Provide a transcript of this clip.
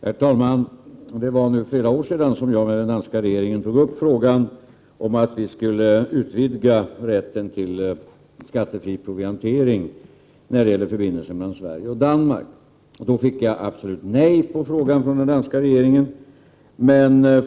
Herr talman! Det är nu flera år sedan jag tog upp frågan med den danska regeringen om att vi skulle utvidga rätten till skattefri proviantering när det gäller förbindelser mellan Sverige och Danmark. Då fick jag ett definitivt nej som svar på frågan från den danska regeringen.